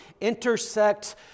intersect